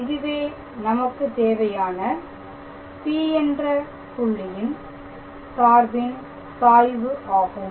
இதுவே நமக்கு தேவையான P என்ற புள்ளியின் சார்பின் சாய்வு ஆகும்